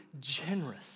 generous